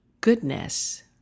goodness